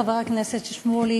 חבר הכנסת שמולי,